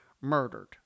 murdered